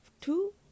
two